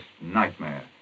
nightmare